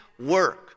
work